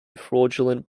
fraudulent